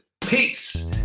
Peace